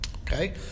okay